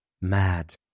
Mad